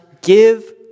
give